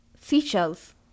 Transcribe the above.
seashells